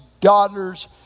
daughters